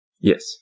Yes